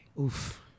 Oof